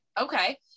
Okay